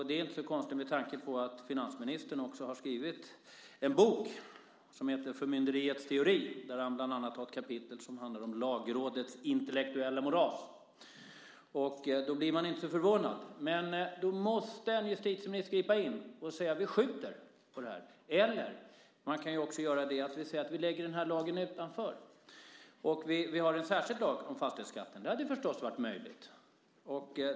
Det är inte så konstigt med tanke på att finansministern dessutom har skrivit en bok som heter Förmynderiets teori där han bland annat har ett kapitel som handlar om Lagrådets intellektuella moras. Man blir inte förvånad. Men då måste en justitieminister gripa in och säga: Vi skjuter på detta. Man kan också säga att man lägger den här lagen utanför och har en särskild lag om fastighetsskatten. Det hade naturligtvis varit möjligt.